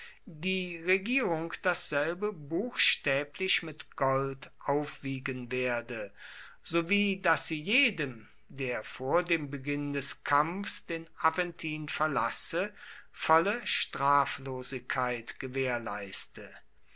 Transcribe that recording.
die regierung dasselbe buchstäblich mit gold aufwiegen werde sowie daß sie jedem der vor dem beginn des kampfs den aventin verlasse volle straflosigkeit gewährleiste